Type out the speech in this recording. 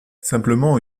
simplement